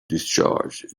discharged